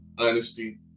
honesty